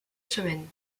semaines